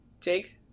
Jake